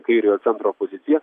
kairiojo centro poziciją